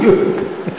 כן, בדיוק.